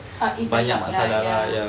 uh it's a lot lah ya